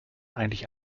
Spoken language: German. eigentlich